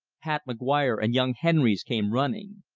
pat mcguire and young henrys came running.